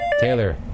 Taylor